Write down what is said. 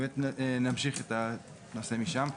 נמשיך את הנושא משם.